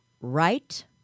right